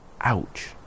Ouch